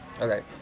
Okay